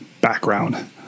background